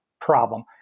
problem